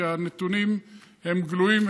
כי הנתונים הם גלויים,